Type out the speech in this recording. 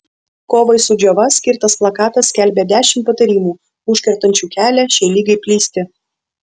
kovai su džiova skirtas plakatas skelbia dešimt patarimų užkertančių kelią šiai ligai plisti